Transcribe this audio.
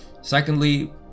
Secondly